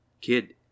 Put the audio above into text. Kid